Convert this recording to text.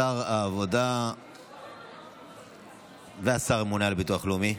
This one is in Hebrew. שר העבודה והשר הממונה על הביטוח הלאומי,